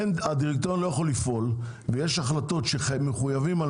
הדירקטוריון לא יכול לפעול ויש החלטות שמחויבים על